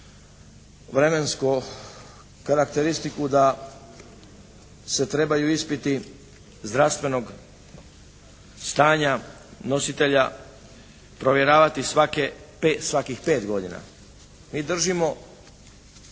vremensku karakteristiku da se trebaju ispiti zdravstvenog stanja nositelja provjeravati svake, svakih 5 godina. Mi držimo